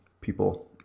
people